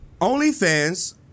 OnlyFans